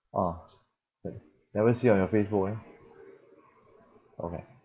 orh never see on your facebook why okay